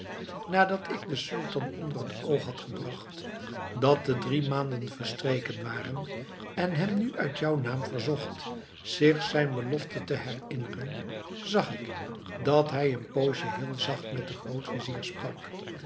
nadat ik den sultan onder t oog had gebracht dat de drie maanden verstreken waren en hem nu uit jouw naam verzocht zich zijn belofte te herinneren zag ik dat hij een poosje heel zacht met den grootvizier sprak